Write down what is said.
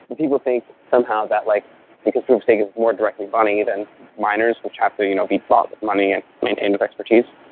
but people think somehow that like because proof of stake is more directly bonding than miners, which have to you know be bought with money and maintained with expertise,